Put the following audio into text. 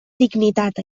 dignitat